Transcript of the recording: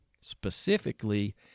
Specifically